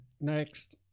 Next